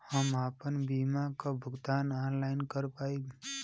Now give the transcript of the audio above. हम आपन बीमा क भुगतान ऑनलाइन कर पाईब?